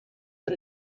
but